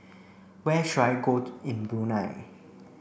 where should I go to in Brunei